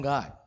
God